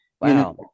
Wow